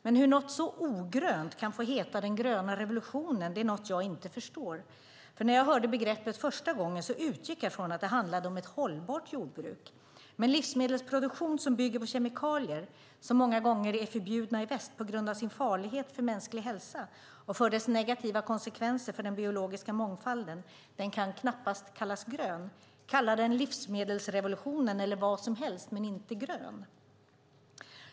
Men hur något så ogrönt kan få heta den gröna revolutionen är något jag inte förstår. När jag hörde begreppet första gången utgick jag från att det handlade om ett hållbart jordbruk. Men livsmedelsproduktion som bygger på kemikalier som många gånger är förbjudna i väst på grund av sin farlighet för mänsklig hälsa och för de negativa konsekvenserna för den biologiska mångfalden kan knappast kallas grön. Kalla den livsmedelsrevolutionen eller vad som helst, men inte grön!